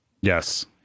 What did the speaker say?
Yes